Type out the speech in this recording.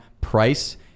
price